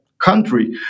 country